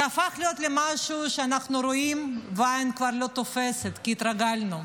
זה הפך להיות משהו שאנחנו רואים והעין כבר לא תופסת כי התרגלנו.